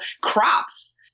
crops